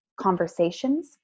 conversations